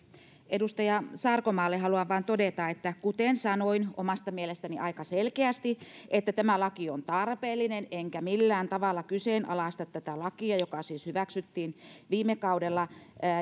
edustaja sarkomaalle haluan vain todeta kuten sanoin omasta mielestäni aika selkeästi että tämä laki on tarpeellinen enkä millään tavalla kyseenalaista tätä lakia joka siis hyväksyttiin viime kaudella